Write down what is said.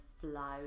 flow